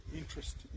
interest